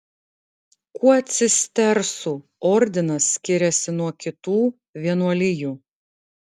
kuo cistersų ordinas skiriasi nuo kitų vienuolijų